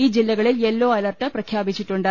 ഈ ജില്ലകളിൽ yellow alert പ്രഖ്യാപിച്ചിട്ടുണ്ട്